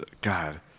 God